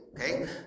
okay